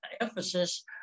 emphasis